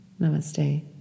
Namaste